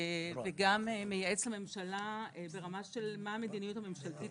וגם מייעץ לממשלה ברמה של מה המדיניות הממשלתית